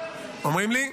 אומרים לי: